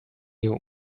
you